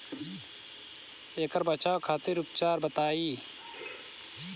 ऐकर बचाव खातिर उपचार बताई?